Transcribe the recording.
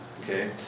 Okay